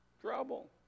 trouble